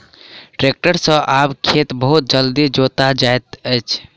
tractor सॅ आब खेत बहुत जल्दी जोता जाइत अछि